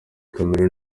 cameron